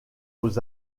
aux